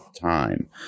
time